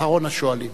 אחרון השואלים.